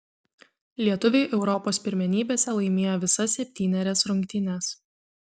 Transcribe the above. lietuviai europos pirmenybėse laimėjo visas septynerias rungtynes